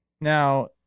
Now